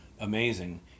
amazing